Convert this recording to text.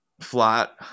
flat